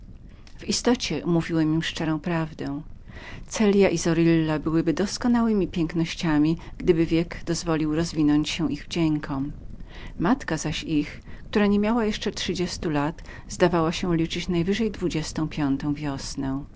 w istocie mówiłem im szczerą prawdę celja i zorilla byłyby doskonałemi pięknościami gdyby wiek był dozwolił rozwinąć się ich wdziękom matka zaś ich zaledwie trzydziestoletnia kobieta zdawała się najwięcej liczyć dwudziestą piątą wiosnę